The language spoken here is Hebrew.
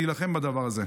אני אילחם בדבר הזה.